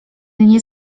nie